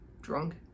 drunk